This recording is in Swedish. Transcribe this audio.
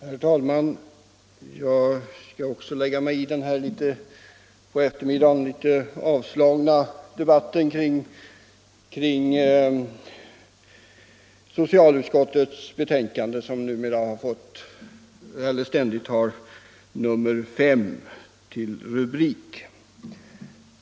Herr talman! Jag skall också lägga mig i den så här på eftermiddagen litet avslagna debatten om socialutskottets betänkande, med anledning av gjorda framställningar inom socialdepartementets verksamhetsområ de, som numera alltid betecknas med nr.